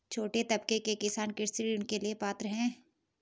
छोटे तबके के किसान कृषि ऋण के लिए पात्र हैं?